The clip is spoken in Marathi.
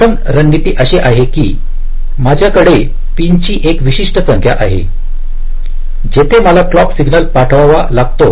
प्रथम रणनीती अशी आहे की माझ्याकडे पिनची एक विशिष्ट संख्या आहे जिथे मला क्लॉक सिग्नल पाठवावा लागतो